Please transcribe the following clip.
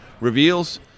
reveals